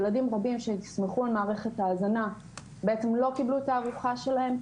ילדים רבים שנסמכו על מערכת ההזנה לא קיבלו את הארוחה שלהם.